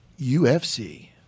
UFC